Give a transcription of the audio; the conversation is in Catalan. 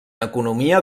economia